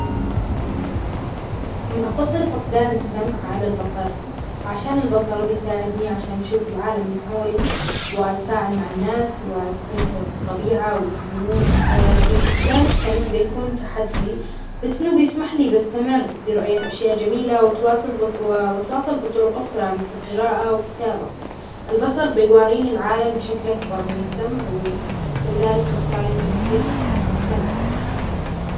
أفضل فقدان السمع على البصر عشان البصر بيساعدني عشان يشوف العالم من حولي، وأتفاعل مع الناس وأستمتع بالطبيعة والفنون بس فقدان السمع بيكون تحدي، بس إنه بيسمح لي بستمر في رؤية أشياء جميلة وتواصل -بط- و وتواصل بطرق أخرى مثل القراءة وكتابة البصر بيواريني العالم بشكل أكبر من السمع، و فلذلك بختار إني أفقد سمعي.